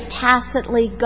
tacitly